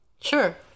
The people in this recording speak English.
Sure